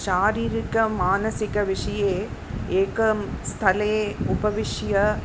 शारीरिकमानसिकविषये एकं स्थले उपविश्य